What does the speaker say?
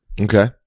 okay